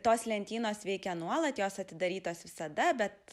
tos lentynos veikia nuolat jos atidarytos visada bet